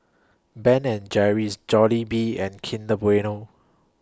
Ben and Jerry's Jollibean and Kinder Bueno